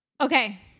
Okay